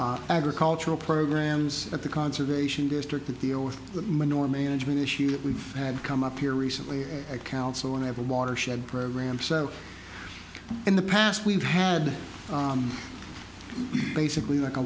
have agricultural programs at the conservation district to deal with the menorah management issues that we've had come up here recently a council one of a watershed program so in the past we've had basically like a